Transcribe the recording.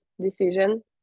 decision